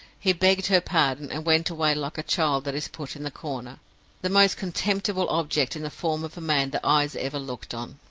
he begged her pardon, and went away like a child that is put in the corner the most contemptible object in the form of man that eyes ever looked on!